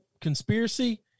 conspiracy